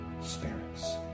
spirits